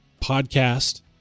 podcast